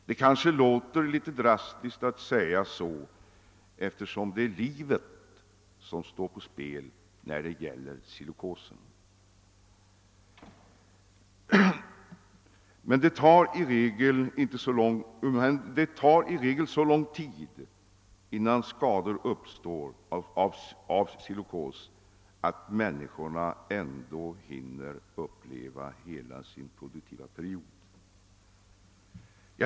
Det kanske låter lite drastiskt att säga så eftersom det är livet som står på spel när det gäller silikosen. Men det tar i regel så lång tid innan skador uppstår av silikos att män niskorna ändå hinner uppleva hela sin produktiva period.